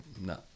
no